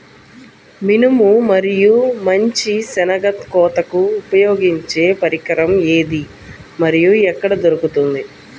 మినుము మరియు మంచి శెనగ కోతకు ఉపయోగించే పరికరం ఏది మరియు ఎక్కడ దొరుకుతుంది?